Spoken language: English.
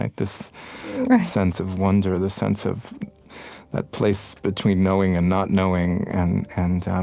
like this sense of wonder, this sense of that place between knowing and not knowing and and